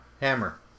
Hammer